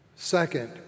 Second